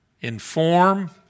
inform